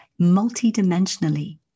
multidimensionally